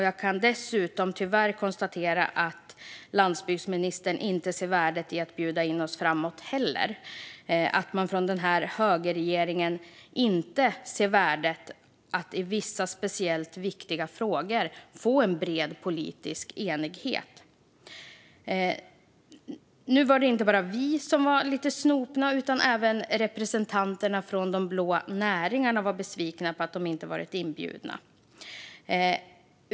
Jag kan dessutom tyvärr konstatera att landsbygdsministern inte heller ser värdet av att bjuda in oss framöver och att man från denna högerregering inte ser värdet av att i vissa speciellt viktiga frågor få en bred politisk enighet. Nu var det inte bara vi som var lite snopna, utan även representanterna för de blå näringarna var besvikna för att de inte blev inbjudna.